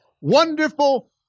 Wonderful